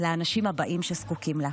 לאנשים הבאים שזקוקים לה.